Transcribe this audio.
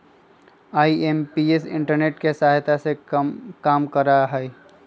IMPS internet के सहायता से काम करा हई